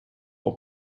for